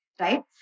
right